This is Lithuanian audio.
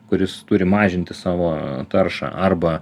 kuris turi mažinti savo taršą arba